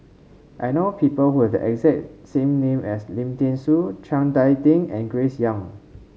I know people who have the exact same name as Lim Thean Soo Chiang Dai Ding and Grace Young